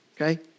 okay